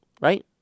Right